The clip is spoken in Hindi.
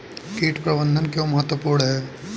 कीट प्रबंधन क्यों महत्वपूर्ण है?